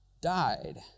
died